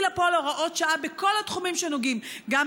לפועל הוראות שעה בכל התחומים שנוגעים בכך,